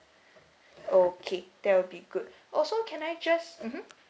okay there will be good also can I just mmhmm